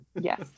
Yes